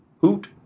Hoot